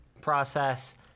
process